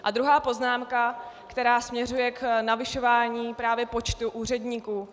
A druhá poznámka, která směřuje k navyšování právě počtu úředníků.